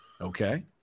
Okay